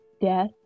death